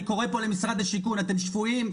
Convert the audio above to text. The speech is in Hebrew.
אני קורא פה למשרד השיכון אתם שפויים?